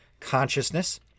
consciousness